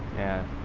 and